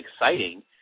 exciting